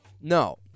No